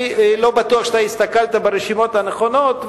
אני לא בטוח שאתה הסתכלת ברשימות הנכונות,